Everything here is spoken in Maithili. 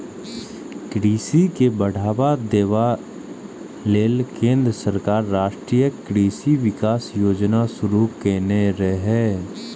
कृषि के बढ़ावा देबा लेल केंद्र सरकार राष्ट्रीय कृषि विकास योजना शुरू केने रहै